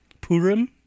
Purim